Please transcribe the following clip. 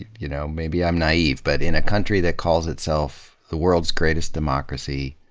you know maybe i'm naive. but in a country that calls itself the world's greatest democracy,